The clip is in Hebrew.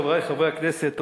חברי חברי הכנסת,